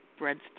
breadsticks